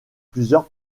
plusieurs